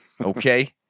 Okay